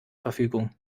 verfügung